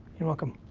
you're welcome.